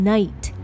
Night